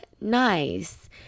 nice